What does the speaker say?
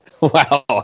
wow